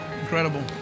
Incredible